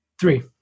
three